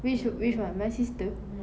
whic~ which one my sister